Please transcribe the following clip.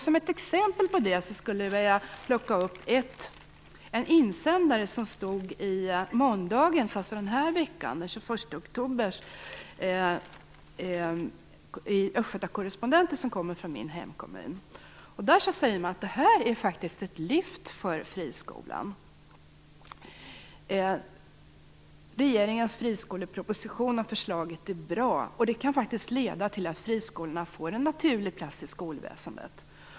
Som ett exempel på det skulle jag vilja plocka upp en insändare från måndagen den 21 oktober i Östgöta Correspondenten, som kommer från min hemkommun. Där sägs det att förslaget faktiskt är ett lyft för friskolan. Regeringens friskoleproposition är bra, och den kan faktiskt leda till att friskolorna får en naturlig plats i skolväsendet.